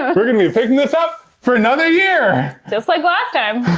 um we're gonna be picking this up, for another year! just like last time.